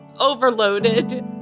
overloaded